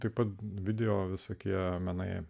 taip pat video visokie menai